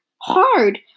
Hard